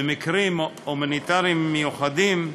במקרים הומניטריים מיוחדים,